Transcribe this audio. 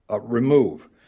remove